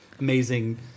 amazing